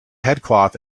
headcloth